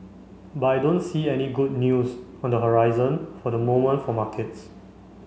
but I don't see any good news on the horizon for the moment for markets